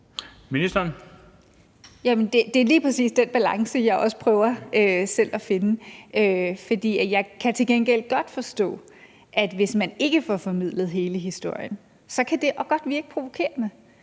Det er lige præcis den balance, jeg også prøver selv at finde. For jeg kan til gengæld godt forstå, at det, hvis man ikke får formidlet hele historien, så kan virke provokerende,